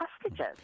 hostages